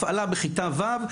הפעלה בכיתה ו',